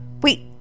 wait